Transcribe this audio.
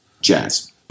Jazz